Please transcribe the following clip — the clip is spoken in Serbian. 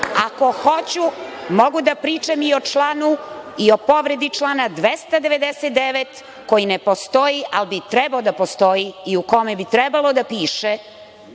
hoću, mogu da pričam i o članu i povredi člana 299. koji ne postoji, ali bi trebao da postoji, u kome bi trebalo da piše